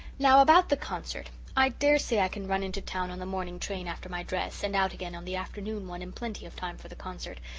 now, about the concert i dare say i can run into town on the morning train after my dress, and out again on the afternoon one in plenty of time for the concert,